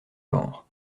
genres